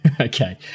Okay